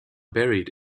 buried